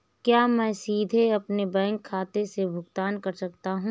क्या मैं सीधे अपने बैंक खाते से भुगतान कर सकता हूं?